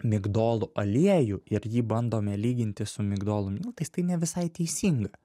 migdolų aliejų ir jį bandome lyginti su migdolų miltais tai ne visai teisinga